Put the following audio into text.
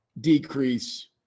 decrease